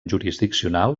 jurisdiccional